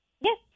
Yes